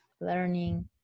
learning